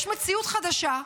יש מציאות חדשה,